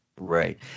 Right